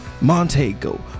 Montego